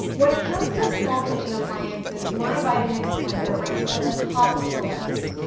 when it comes to small kitchen appliances my vitamix blender ranks at the top of the list.